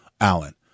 Allen